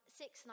six